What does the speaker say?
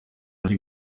ari